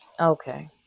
Okay